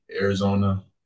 Arizona